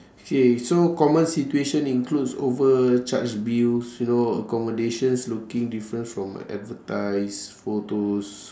okay so common situation includes overcharge bills you know accommodations looking different from advertised photos